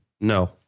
No